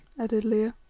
added leo.